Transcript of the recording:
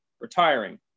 retiring